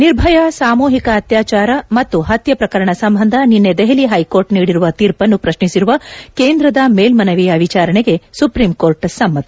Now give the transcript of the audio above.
ನಿರ್ಭಯಾ ಸಾಮೂಹಿಕ ಅತ್ಯಾಚಾರ ಮತ್ತು ಹತ್ಯೆ ಪ್ರಕರಣ ಸಂಬಂಧ ನಿನ್ನೆ ದೆಹಲಿ ಹೈಕೋರ್ಟ್ ನೀದಿರುವ ತೀರ್ಪನ್ನು ಪ್ರಶ್ನಿಸಿರುವ ಕೇಂದ್ರದ ಮೇಲ್ಮನವಿಯ ವಿಚಾರಣೆಗೆ ಸುಪ್ರೀಂಕೋರ್ಟ್ ಸಮ್ಮತಿ